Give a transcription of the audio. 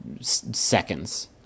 seconds